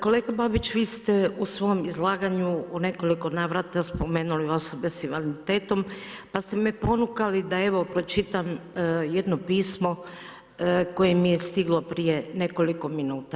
Kolega Babić, vi ste u svom izlaganju u nekoliko navrata spomenuli osobe sa invaliditetom pa ste me ponukali da evo pročitam jedno pismo koje mi je stiglo prije nekoliko minuta.